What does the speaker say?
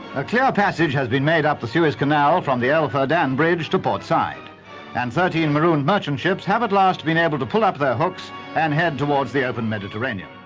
a clear passage has been made up the suez canal from the el ferdan um bridge to portside and thirteen marooned merchant ships have at last been able to pull up their hooks and head towards the open mediterranean.